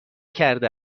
کرده